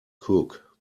cook